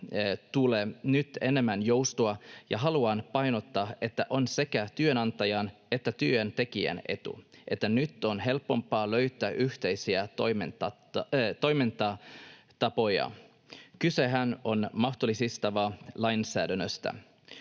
tulee nyt enemmän joustoa, ja haluan painottaa, että on sekä työnantajan että työntekijän etu, että nyt on helpompaa löytää yhteisiä toimintatapoja. Kysehän on mahdollistavasta lainsäädännöstä.